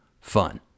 fun